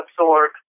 absorb